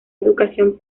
educación